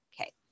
Okay